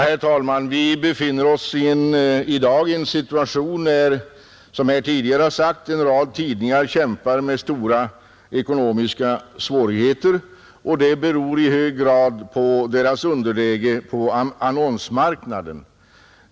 Herr talman! Vi befinner oss i dag i en situation, i vilken som tidigare här sagts en rad tidningar kämpar med stora ekonomiska svårigheter. Det beror i hög grad på deras underläge på annonsmarknaden.